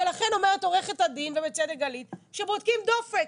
ולכן אומרת עורכת הדין, ובצדק גלית, שבודקים דופק.